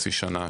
חצי שנה,